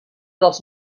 dels